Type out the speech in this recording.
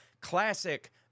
classic